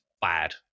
bad